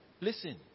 Listen